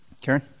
Karen